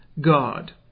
God